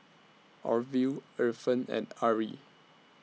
Orville Efren and Arrie